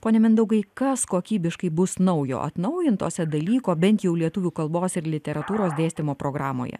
pone mindaugai kas kokybiškai bus naujo atnaujintose dalyko bent jau lietuvių kalbos ir literatūros dėstymo programoje